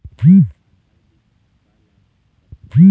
आधार बीज का ला कथें?